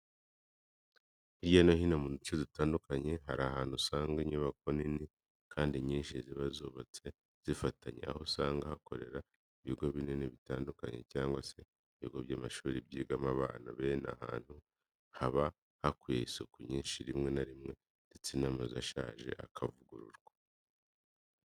Hirya no hino mu duce dutandukanye hari ahantu usanga inyubako nini kandi nyinshi ziba zubatse zifatanye, aho usanga hakorera ibigo binini bitandukanye cyangwa se ibigo by'amashuri byigamo abana, bene ahantu haba hakwiye isuku nyinshi rimwe na rimwe ndetse n'amazu ashaje akavugururwa.